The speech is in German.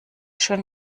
schön